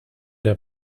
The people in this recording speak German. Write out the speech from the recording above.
der